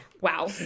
Wow